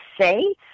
say